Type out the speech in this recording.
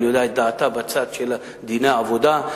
אני יודע את דעתה בצד של דיני עבודה,